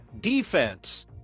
defense